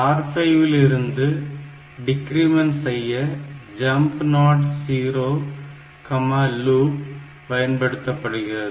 R5 இலிருந்து decrement செய்ய jump not 0 decrement jump not 0 loop பயன்படுத்தப்படுகிறது